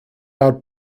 out